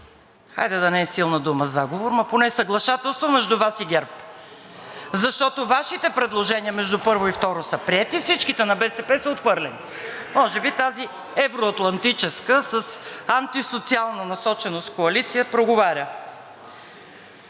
айде да не е силна дума – заговор, ама поне съглашателство между Вас и ГЕРБ, защото Вашите предложения между първо и второ са приети, а всичките на БСП са отхвърлени. Може би тази евро-атлантическа с антисоциална насоченост коалиция проговаря.